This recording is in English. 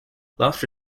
laughter